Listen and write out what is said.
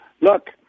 look